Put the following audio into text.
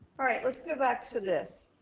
all right, let's get back to this.